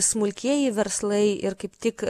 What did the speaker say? smulkieji verslai ir kaip tik